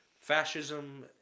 fascism